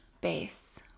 base